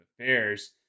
affairs